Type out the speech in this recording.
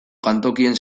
jantokien